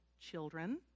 children